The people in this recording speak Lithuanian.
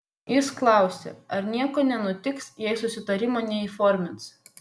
jis klausė ar nieko nenutiks jei susitarimo neįformins